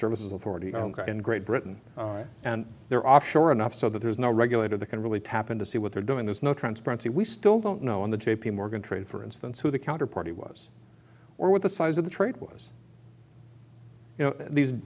services authority in great britain and they're offshore enough so that there's no regulator that can really tap in to see what they're doing there's no transparency we still don't know in the j p morgan trade for instance who the counterparty was or what the size of the trade was you know these